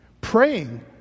Praying